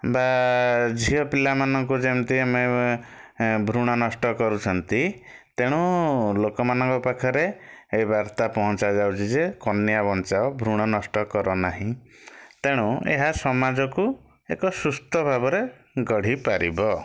ବା ଝିଅ ପିଲାମାନଙ୍କୁ ଯେମିତି ଆମେ ଭ୍ରୁଣ ନଷ୍ଟ କରୁଛନ୍ତି ତେଣୁ ଲୋକମାନଙ୍କ ପାଖରେ ଏହି ବାର୍ତ୍ତା ପହଞ୍ଚାଯାଉଛି ଯେ କନ୍ୟା ବଞ୍ଚାଅ ଭ୍ରୁଣ ନଷ୍ଟ କର ନାହିଁ ତେଣୁ ଏହା ସମାଜକୁ ଏକ ସୁସ୍ଥ ଭାବରେ ଗଢ଼ିପାରିବ